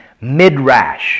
Midrash